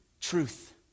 truth